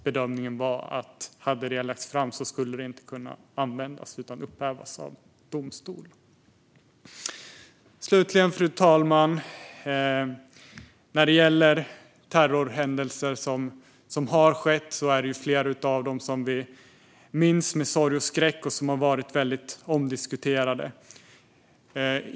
Bedömningen var att om detta hade lagts fram skulle det inte ha kunnat användas utan skulle ha upphävts av domstol. Slutligen, fru talman: När det gäller terrorhändelser som har inträffat är det flera av dem som vi minns med sorg och skräck och som har varit väldigt omdiskuterade.